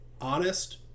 honest